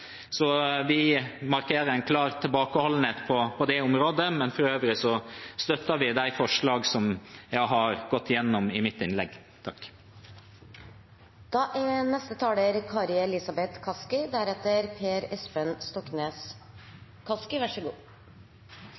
Vi markerer en klar tilbakeholdenhet på det området, men for øvrig støtter vi de forslagene som jeg har gått igjennom i mitt innlegg. Jeg har lyst til å understreke at SV mener det må være et mål at kravet til næringslivet om rapportering må være så